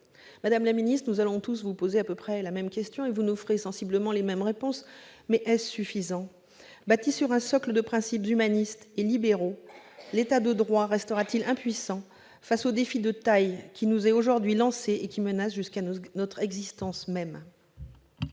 Madame la ministre, nous allons tous vous poser à peu près la même question et vous nous ferez sensiblement la même réponse ... Bâti sur un socle de principes humanistes et libéraux, l'État de droit restera-t-il impuissant face au défi de taille qui nous est aujourd'hui lancé et qui menace jusqu'à notre existence même ?